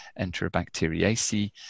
Enterobacteriaceae